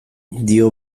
dio